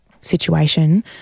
situation